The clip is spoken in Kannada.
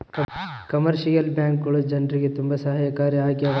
ಕಮರ್ಶಿಯಲ್ ಬ್ಯಾಂಕ್ಗಳು ಜನ್ರಿಗೆ ತುಂಬಾ ಸಹಾಯಕಾರಿ ಆಗ್ಯಾವ